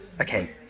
okay